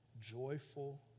joyful